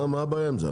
מה הבעיה עם זה?